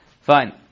Fine